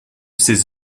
ses